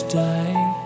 die